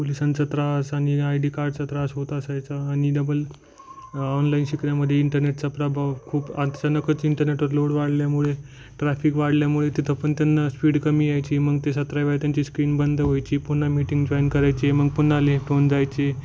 पुलिसांचा त्रास आणि I D कार्डचा त्रास होत असायचा आणि डबल ऑनलाईन शिकण्यामध्ये इंटरनेटचा प्रभाव खूप अचानकच इंटरनेटवर लोड वाढल्यामुळे ट्रॅफिक वाढल्यामुळे तिथं पण त्यांना स्पीड कमी यायची मग ते सतरा वेळा त्यांची स्क्रीन बंद व्हायची पुन्हा मिटिंग जॉईन करायची मग पुन्हा लेट होऊन जायचे